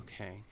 Okay